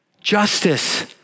justice